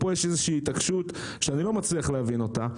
פה יש איזו התעקשות שאני לא מצליח להבין אותה.